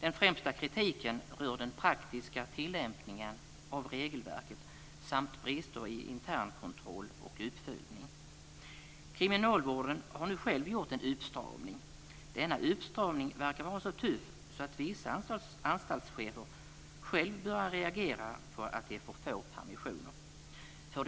Den främsta kritiken rör den praktiska tillämpningen av regelverket samt brister i internkontroll och uppföljning. Kriminalvården har nu själv gjort en uppstramning. Denna uppstramning verkar vara så tuff att vissa anstaltschefer själva börjar reagera på att det är för få permissioner.